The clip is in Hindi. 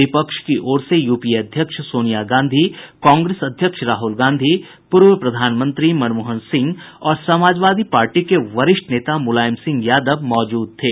विपक्ष की ओर से यूपीए अध्यक्ष सोनिया गांधी कांग्रेस अध्यक्ष राहुल गांधी पूर्व प्रधानमंत्री मनमोहन सिंह और समाजवादी पार्टी के वरिष्ठ नेता मुलायम सिंह यादव मौजूद थे